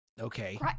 Okay